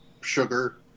sugar